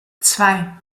zwei